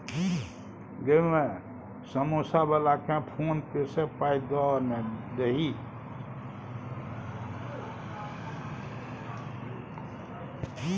गै माय समौसा बलाकेँ फोने पे सँ पाय दए ना दही